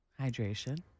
Hydration